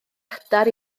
adar